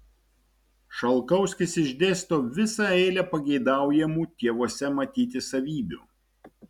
šalkauskis išdėsto visą eilę pageidaujamų tėvuose matyti savybių